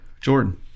Jordan